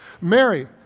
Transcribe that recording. Mary